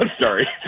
sorry